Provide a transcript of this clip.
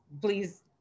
please